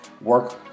work